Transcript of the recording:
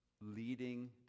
leading